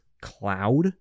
cloud